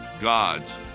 God's